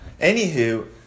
Anywho